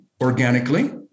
organically